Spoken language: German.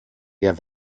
wer